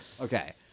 Okay